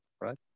right